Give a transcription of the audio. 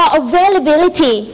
availability